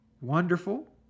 wonderful